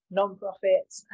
non-profits